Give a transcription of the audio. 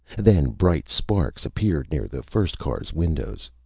then bright sparks appeared near the first car's windows.